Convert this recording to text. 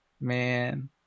man